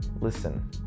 listen